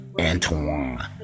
Antoine